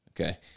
Okay